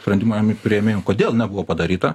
sprendimą ami priėmėjų kodėl nebuvo padaryta